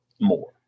more